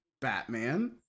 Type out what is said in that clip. Batman